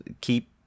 keep